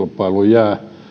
verokilpailu jää